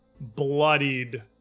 bloodied